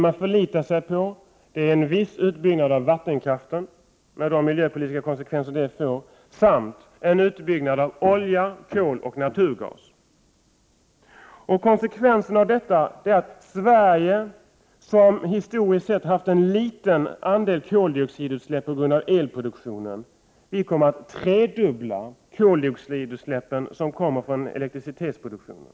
Man förlitar sig i stället på en viss utbyggnad av vattenkraften, med de miljömässiga konsekvenser det får, samt på en utbyggnad av olja, kol och naturgas. Konsekvensen av detta blir att Sverige, som på grund av elenergin historiskt sett haft en liten andel koldioxidutsläpp, kommer att tredubbla koldioxidutsläppen från elektricitetsproduktionen.